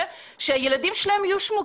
שהילדים שלהם יואשמו?